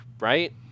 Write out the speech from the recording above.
right